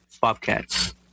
Bobcats